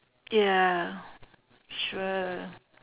yeah sure